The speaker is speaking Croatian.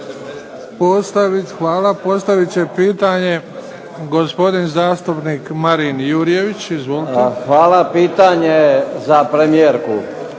Hvala. Postavit će pitanje gospodin zastupnik Marin Jurjević. Izvolite. **Jurjević,